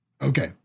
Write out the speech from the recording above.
Okay